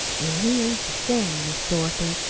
an' he ain't the same, miss dorothy.